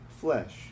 flesh